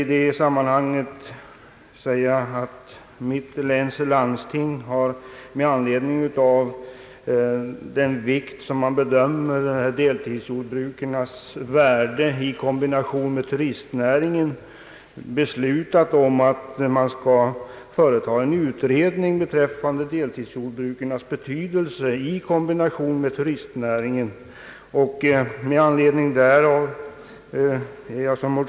I det sammanhanget bör nämnas att mitt läns landsting, med anledning av den vikt som landstinget tillmäter denna fråga, har beslutat att företa en utredning om deltidsjordbrukens betydelse i kombination med turistnäringen.